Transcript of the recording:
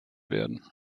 werden